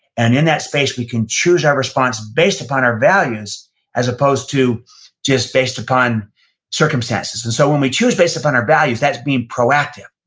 and in that space, we can choose our response based upon our values as opposed to just based upon circumstances. and so, when we choose based upon our values, that's being proactive.